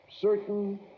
certain